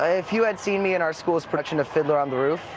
ah if you had seen me in our school's production of fiddler on the roof,